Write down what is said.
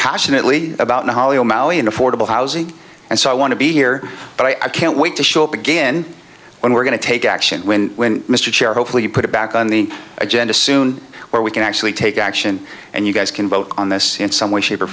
passionately about natalee all molly and affordable housing and so i want to be here but i can't wait to show up again when we're going to take action when mr chair hopefully put it back on the agenda soon where we can actually take action and you guys can vote on this in some way shape or